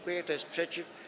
Kto jest przeciw?